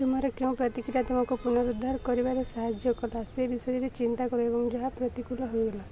ତୁମର କେଉଁ ପ୍ରତିକ୍ରିୟା ତୁମକୁ ପୁନରୁଦ୍ଧାର କରିବାରେ ସାହାଯ୍ୟ କଲା ସେ ବିଷୟରେ ଚିନ୍ତା କର ଏବଂ ଯାହା ପ୍ରତିକୂଲ ହେଇଗଲା